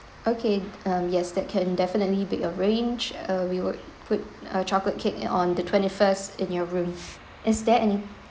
okay um yes that can definitely be arranged uh we would put a chocolate cake and on the twenty first in your room is there any